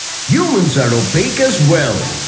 humans are opaque as well.